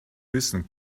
wissen